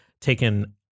taken